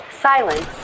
silence